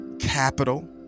capital